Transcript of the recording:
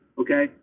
Okay